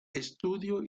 estudio